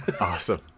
Awesome